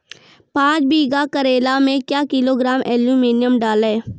पाँच बीघा करेला मे क्या किलोग्राम एलमुनियम डालें?